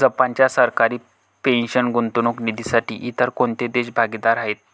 जपानच्या सरकारी पेन्शन गुंतवणूक निधीसाठी इतर कोणते देश भागीदार आहेत?